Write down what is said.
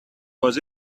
was